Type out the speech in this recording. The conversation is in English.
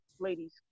Ladies